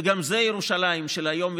וזה גם ירושלים של היום,